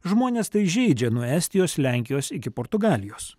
žmonės tai žeidžia nuo estijos lenkijos iki portugalijos